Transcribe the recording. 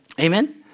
Amen